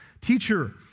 teacher